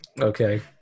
Okay